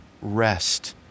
rest